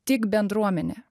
tik bendruomenė